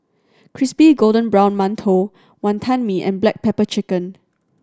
crispy golden brown mantou Wonton Mee and black pepper chicken